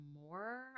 more